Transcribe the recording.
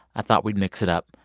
i thought we'd mix it up,